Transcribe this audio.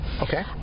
Okay